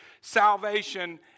salvation